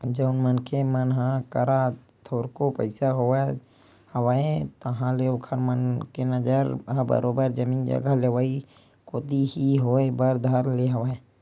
जउन मनखे मन करा थोरको पइसा होवत हवय ताहले ओखर मन के नजर ह बरोबर जमीन जघा लेवई कोती ही होय बर धर ले हवय